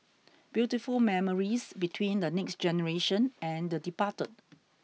beautiful memories between the next generation and the departed